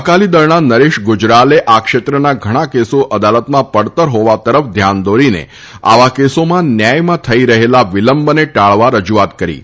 અકાલીદળના નરેશ ગુજરાલે આ ક્ષેત્રના ઘણા કેસો અદાલતમાં પડતર હોવા તરફ ધ્યાન દોરીને આવા કેસોમાં ન્યાયમાં થઇ રહેલા વિલંબને ટાળવા રજુઆત કરી હતી